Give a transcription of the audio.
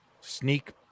sneak